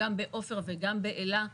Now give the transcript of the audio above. גם בעופר וגם באלה,